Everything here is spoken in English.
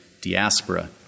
Diaspora